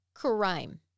Crime